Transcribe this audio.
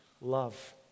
love